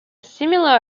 similar